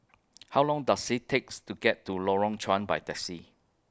How Long Does IT takes to get to Lorong Chuan By Taxi